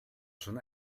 schon